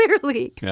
Clearly